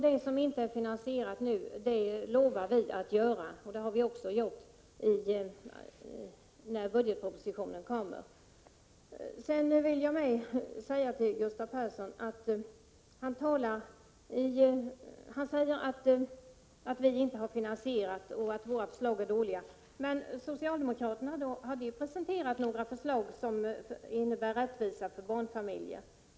Det som inte är finansierat nu lovar vi att ha finansierat när budgetpropositionen kommer. Gustav Persson säger att vi inte har finansierat vårt förslag och att våra förslag är dåliga. Men har socialdemokraterna presenterat några förslag som innebär rättvisa för barnfamiljer?